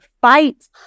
fight